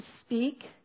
speak